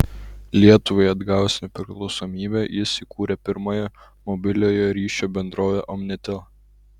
lietuvai atgavus nepriklausomybę jis įkūrė pirmąją mobiliojo ryšio bendrovę omnitel